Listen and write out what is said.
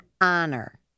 honor